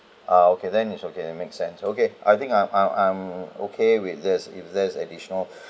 ah okay then it should get to make sense okay I think I I I'm okay with this if there's additional